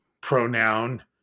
pronoun